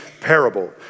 parable